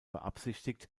beabsichtigt